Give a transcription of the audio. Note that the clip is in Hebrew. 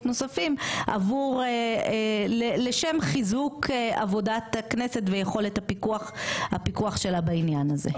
נוספים לשם חיזוק עבודת הכנסת ויכולת הפיקוח שלה בעניין הזה.